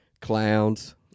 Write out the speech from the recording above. clowns